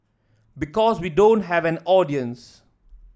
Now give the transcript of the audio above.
because we don't have an audience